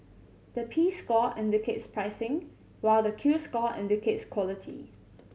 the P score indicates pricing while the Q score indicates quality